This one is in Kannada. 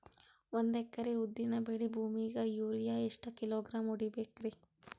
ಒಂದ್ ಎಕರಿ ಉದ್ದಿನ ಬೇಳಿ ಭೂಮಿಗ ಯೋರಿಯ ಎಷ್ಟ ಕಿಲೋಗ್ರಾಂ ಹೊಡೀಬೇಕ್ರಿ?